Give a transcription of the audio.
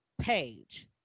page